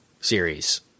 series